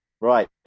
right